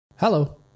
Hello